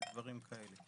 דברים כאלה.